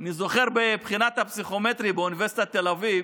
אני זוכר, בבחינת הפסיכומטרי באוניברסיטת תל אביב,